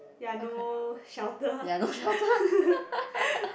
ya no shelter